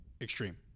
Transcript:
extreme